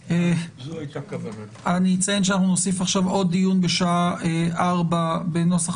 אנחנו נוסיף עכשיו עוד דיון בשעה ארבע בנוסח